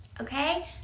okay